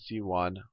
c1